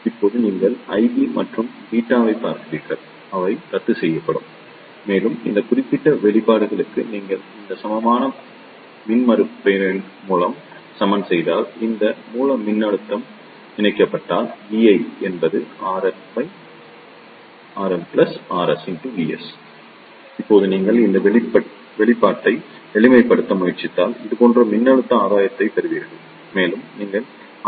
இப்போது நீங்கள் ஐபி மற்றும் பீட்டாவைப் பார்க்கிறீர்கள் அவை ரத்துசெய்யப்படும் மேலும் இந்த குறிப்பிட்ட வெளிப்பாடுகளுக்கு நீங்கள் இந்த சமமான மின்மறுப்பை ரின் மூலம் சமன் செய்தால் இந்த மூல மின்னழுத்தம் இணைக்கப்பட்டால் Vi இப்போது நீங்கள் இந்த வெளிப்பாட்டை எளிமைப்படுத்த முயற்சித்தால் இது போன்ற மின்னழுத்த ஆதாயத்தைப் பெறுவீர்கள் மேலும் நீங்கள் ஆர்